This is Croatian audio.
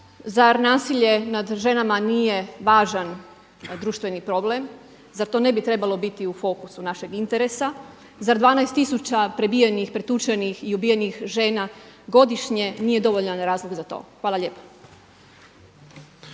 Zar nasilje nad ženama nije važan društveni problem, zar to ne bi trebalo biti u fokusu našeg interesa, zar 12 tisuća prebijenih, pretučenih i ubijenih žena godišnje nije dovoljan razlog za to? Hvala lijepa.